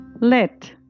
let